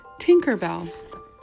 Tinkerbell